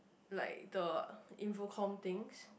like the infocomm things